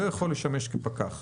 לא יכול לשמש כפקח.